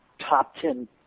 top-ten